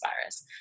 virus